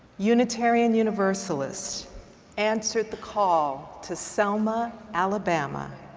unitarian universalists answered the call to selma, alabama,